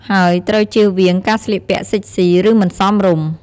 ហើយត្រូវជៀសវាងការស្លៀកពាក់សិចស៊ី ឬមិនសមរម្យ។